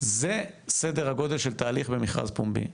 זהו סדר הגודל של תהליך במשרד פומבי.